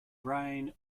brain